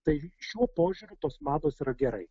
tai šiuo požiūriu tos mados yra gerai